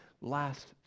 last